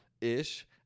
ish